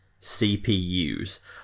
CPUs